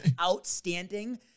outstanding